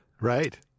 Right